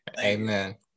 Amen